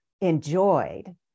enjoyed